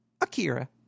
Akira